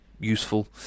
useful